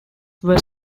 were